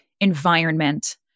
environment